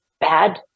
bad